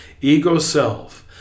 ego-self